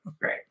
Great